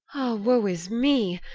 woe is me!